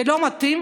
זה לא מתאים,